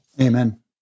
Amen